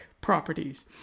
properties